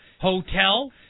hotel